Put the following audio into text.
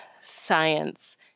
science